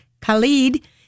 Khalid